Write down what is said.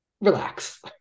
relax